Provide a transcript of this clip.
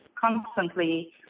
constantly